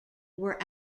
were